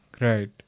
Right